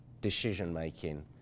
decision-making